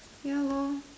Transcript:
ya lor